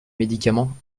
médicaments